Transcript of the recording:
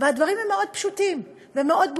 והדברים הם מאוד פשוטים ומאוד ברורים,